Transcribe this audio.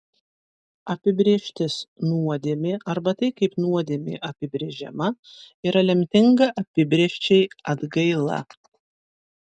apibrėžtis nuodėmė arba tai kaip nuodėmė apibrėžiama yra lemtinga apibrėžčiai atgaila